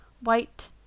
white